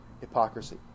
hypocrisy